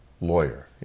lawyer